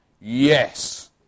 yes